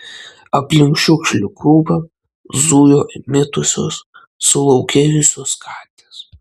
aplink šiukšlių krūvą zujo įmitusios sulaukėjusios katės